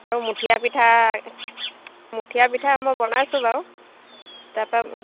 আৰু মুঠিয়া পিঠা মুঠিয়া পিঠা মই বনাইছোঁ বাৰু তাৰপৰা